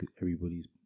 Everybody's